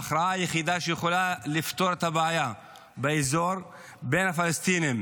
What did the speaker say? ההכרעה היחידה שיכולה לפתור את הבעיה באזור בין הפלסטינים